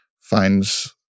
finds